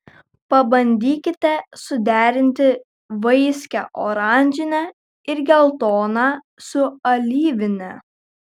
pabandykite suderinti vaiskią oranžinę ir geltoną su alyvine